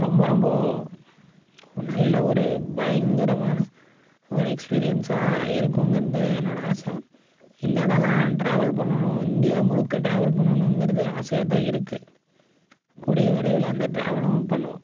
ரொம்ப ரொம்ப நல்ல ஒரு பயங்கரமான ஒரு எக்ஸ்பீரியன்ஸாக இருக்குங்கிறது என்னோடய ஆசை இந்த இடல்லாம் டிராவல் பண்ணனும் இந்தியா முழுக்க டிராவல் பண்ணனும்ங்கிறது ஆசையாகதான் இருக்குது கூடிய விரைவில் அந்த டிராவலும் பண்ணுவோம்